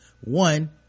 one